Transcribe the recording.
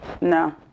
no